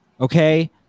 Okay